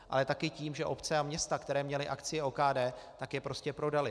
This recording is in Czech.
Ale taky tím, že obce a města, které měly akcie OKD, tak je prostě prodaly.